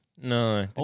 No